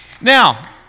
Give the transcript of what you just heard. Now